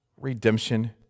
redemption